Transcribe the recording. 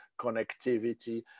connectivity